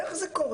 איך זה קורה?